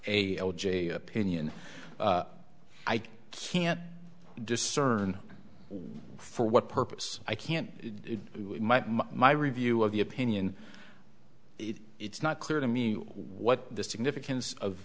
a opinion i can't discern for what purpose i can't my review of the opinion it's not clear to me what the significance of